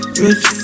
rich